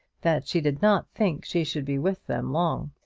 that she did not think she should be with them long.